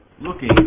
looking